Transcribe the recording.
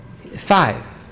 Five